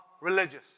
religious